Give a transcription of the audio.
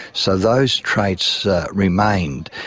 so those traits remained.